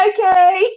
Okay